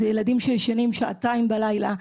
הם ילדים שישנים שעתיים בלילה.